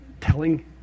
telling